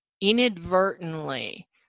inadvertently